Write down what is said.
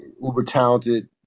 uber-talented